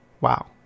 wow